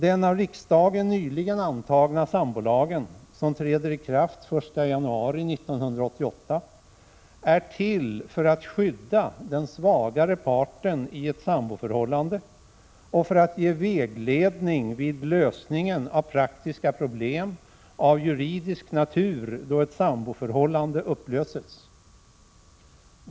Den av riksdagen nyligen antagna sambolagen, som träder i kraft den 1 januari 1988, är till för att skydda den svagare parten i ett samboförhållande och för att ge vägledning när praktiska problem av juridisk natur skall lösas då ett samboförhållande upplöses.